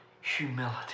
humility